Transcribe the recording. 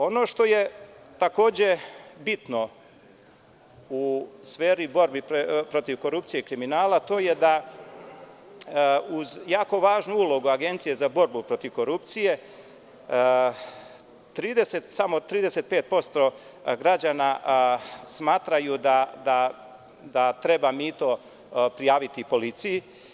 Ono što je takođe bitno, u sferi borbe protiv korupcije i kriminala, to je da uz jako važnu ulogu Agencije za borbu protiv korupcije, samo 35% građana smatra da treba mito prijaviti policiji.